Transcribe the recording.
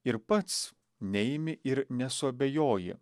ir pats neimi ir nesuabejoji